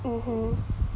mmhmm